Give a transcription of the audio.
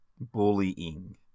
Bullying